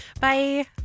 Bye